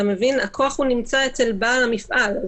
אתה מבין, הכוח נמצא אצל בעל המפעל.